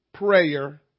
prayer